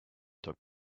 took